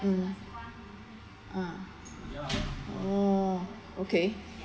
um ah oh okay